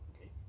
okay